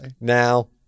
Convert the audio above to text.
Now